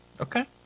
Okay